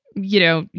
you know,